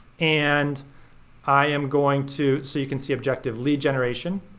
and i am going to, so you can see objective lead generation.